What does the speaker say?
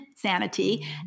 Sanity